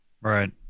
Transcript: Right